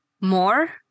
more